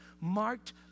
marked